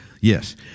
Yes